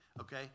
Okay